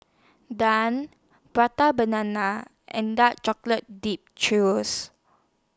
Prata Banana and Dark Chocolate Dipped